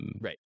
right